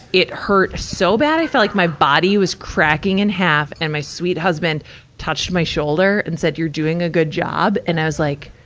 it hurt so bad, i felt like my body was cracking in half. and my sweet husband touched my shoulder and said, you're doing a good job. and i was like,